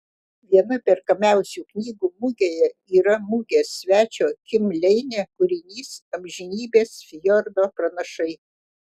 viena perkamiausių knygų mugėje yra mugės svečio kim leine kūrinys amžinybės fjordo pranašai